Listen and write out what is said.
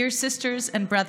(אומרת דברים בשפה